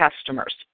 Customers